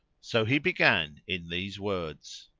so he began in these words